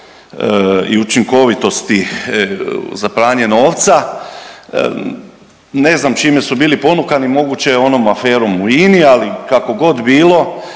i učinkovitosti za pranje novca. Ne znam čime su bili ponukani, moguće onom aferom u INA-i, ali kako god bilo,